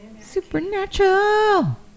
Supernatural